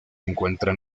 encuentran